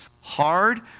hard